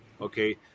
Okay